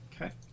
Okay